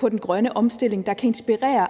på den grønne omstilling, der kan inspirere